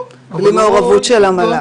בלי מעורבות של המל"ג.